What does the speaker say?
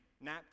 nap